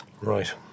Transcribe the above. right